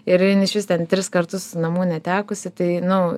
ir jin išvis ten tris kartus namų netekusi tai nu